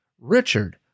Richard